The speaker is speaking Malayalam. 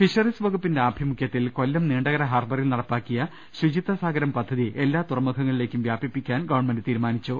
ഫിഷറീസ് വകുപ്പിന്റെ ആഭിമുഖ്യത്തിൽ കൊല്ലം നീണ്ടകര ഹാർബറിൽ നടപ്പാക്കിയ ശുചിത്വ സാഗ്രം പദ്ധതി എല്ലാ തുറമുഖ ങ്ങളിലേക്കും വൃാപിപ്പിക്കാൻ ഗവൺമെന്റ് തീരുമാനിച്ചു